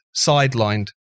sidelined